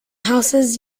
houses